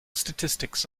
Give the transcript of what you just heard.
statistics